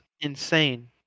insane